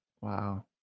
Wow